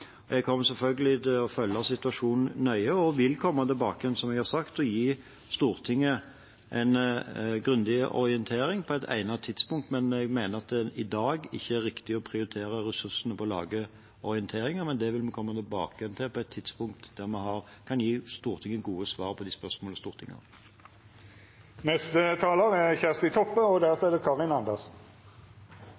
Jeg kommer selvfølgelig til å følge situasjonen nøye og vil komme tilbake, som jeg har sagt, og gi Stortinget en grundig orientering på et egnet tidspunkt, men jeg mener at det i dag ikke er riktig å prioritere ressursene på å lage orienteringer. Det vil vi komme tilbake til på et tidspunkt der vi kan gi Stortinget gode svar på de spørsmålene Stortinget har. Det er